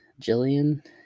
Jillian